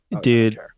dude